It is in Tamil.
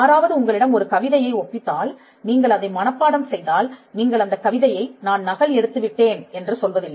யாராவது உங்களிடம் ஒரு கவிதையை ஒப்பித்தால் நீங்கள் அதை மனப்பாடம் செய்தால் நீங்கள் அந்த கவிதையை நான் நகல் எடுத்து விட்டேன் என்று சொல்வதில்லை